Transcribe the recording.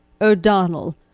O'Donnell